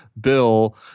bill